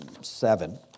seven